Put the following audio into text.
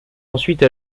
ensuite